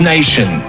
Nation